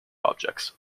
objects